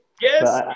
yes